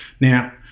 Now